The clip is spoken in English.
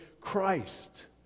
Christ